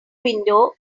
window